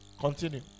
Continue